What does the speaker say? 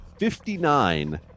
59